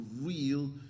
real